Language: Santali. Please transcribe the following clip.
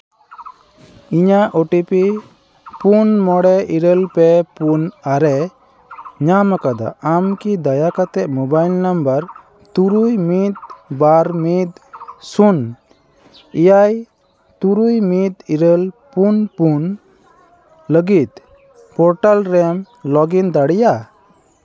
ᱤᱧᱟᱹᱜ ᱳ ᱴᱤ ᱯᱤ ᱯᱩᱱ ᱢᱚᱬᱮ ᱤᱨᱟᱹᱞ ᱯᱮ ᱯᱩᱱ ᱟᱨᱮ ᱧᱟᱢ ᱟᱠᱟᱫᱟ ᱟᱢ ᱠᱤ ᱫᱟᱭᱟ ᱠᱟᱛᱮᱫ ᱢᱳᱵᱟᱭᱤᱞ ᱱᱟᱢᱵᱟᱨ ᱛᱩᱨᱩᱭ ᱢᱤᱫ ᱵᱟᱨ ᱢᱤᱫ ᱥᱩᱱ ᱮᱭᱟᱭ ᱛᱩᱨᱩᱭ ᱢᱤᱫ ᱤᱨᱟᱹᱞ ᱯᱩᱱ ᱯᱩᱱ ᱞᱟᱹᱜᱤᱫ ᱯᱳᱨᱴᱟᱞ ᱨᱮᱢ ᱞᱚᱜᱤᱱ ᱫᱟᱲᱮᱭᱟᱜᱼᱟ